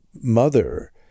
mother